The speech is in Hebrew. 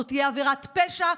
זו תהיה עבירת פשע,